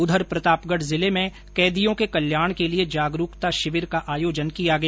उधर प्रतापगढ जिले में कैदियों के कल्याण के लिए जागरूकता शिविर का आयोजन किया गया